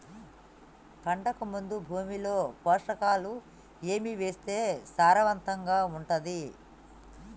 పంటకు ముందు భూమిలో పోషకాలు ఏవి వేస్తే సారవంతంగా ఉంటది?